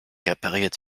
repariert